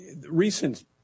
recent